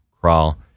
crawl